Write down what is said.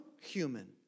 human